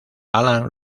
alan